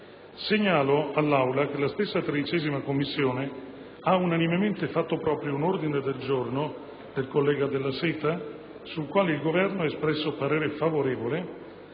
Segnalo all'Aula che la stessa 13a Commissione ha unanimemente fatto proprio un ordine del giorno del collega Della Seta, sul quale il Governo ha espresso parere favorevole,